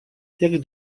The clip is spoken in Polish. jak